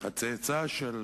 שהצאצא של